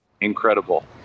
incredible